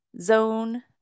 zone